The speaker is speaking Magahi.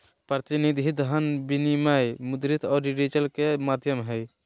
प्रतिनिधि धन विनिमय मुद्रित और डिजिटल के माध्यम हइ